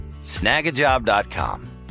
snagajob.com